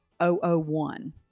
001